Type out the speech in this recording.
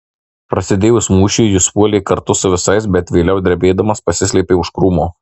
prasidėjus mūšiui jis puolė kartu su visais bet vėliau drebėdamas pasislėpė už krūmo